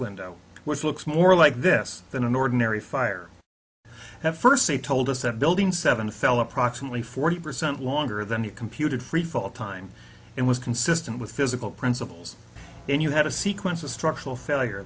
window which looks more like this than an ordinary fire at first they told us that building seven fell approximately forty percent longer than the computed freefall time and was consistent with physical principles and you had a sequence of structural failure